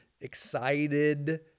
excited